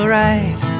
right